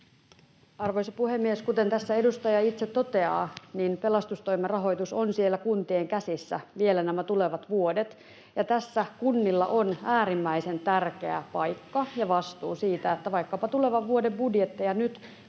Arvoisa puhemies! Kuten tässä edustaja itse toteaa, pelastustoimen rahoitus on siellä kuntien käsissä vielä nämä tulevat vuodet, ja tässä kunnilla on äärimmäisen tärkeä paikka ja vastuu siitä — vaikkapa tulevan vuoden budjetteja nyt